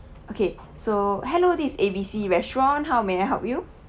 okay so hello this A B C restaurant how may I help you